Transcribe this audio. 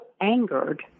angered